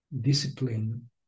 discipline